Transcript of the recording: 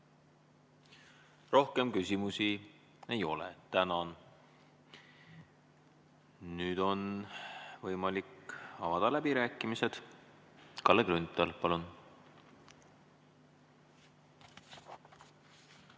Rohkem küsimusi ei ole. Tänan! Nüüd on võimalik avada läbirääkimised. Kalle Grünthal, palun!